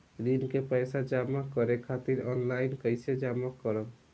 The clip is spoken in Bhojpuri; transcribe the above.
ऋण के पैसा जमा करें खातिर ऑनलाइन कइसे जमा करम?